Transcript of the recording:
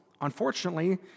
unfortunately